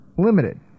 limited